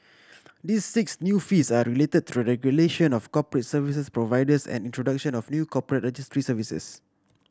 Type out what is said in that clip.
this six new fees are related to the regulation of corporate services providers and introduction of new corporate registry services